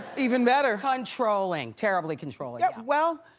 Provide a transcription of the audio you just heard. even better. controlling, terribly controlling, yeah. well,